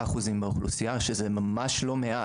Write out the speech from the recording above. שלושה אחוזים באוכלוסייה שזה ממש לא מעט.